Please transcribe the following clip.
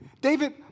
David